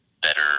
better